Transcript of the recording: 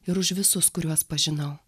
ir už visus kuriuos pažinau